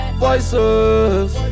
voices